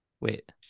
Wait